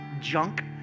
junk